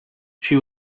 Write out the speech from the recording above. she